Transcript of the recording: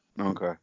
Okay